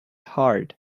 hard